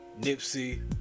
Nipsey